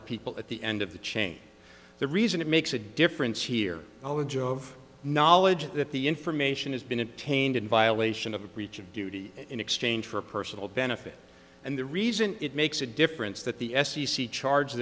the people at the end of the chain the reason it makes a difference here all the joy of knowledge that the information has been attained in violation of a breach of duty in exchange for personal benefit and the reason it makes a difference that the f c c charge